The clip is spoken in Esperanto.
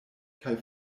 kaj